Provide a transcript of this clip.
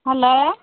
hello